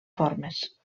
formes